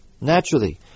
naturally